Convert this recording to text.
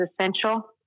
essential